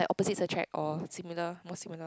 opposites attract or similar more similar